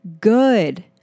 good